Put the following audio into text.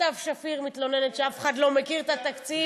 סתיו שפיר מתלוננת שאף אחד לא מכיר את התקציב,